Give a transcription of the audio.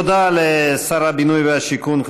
תודה לשר הבינוי והשיכון,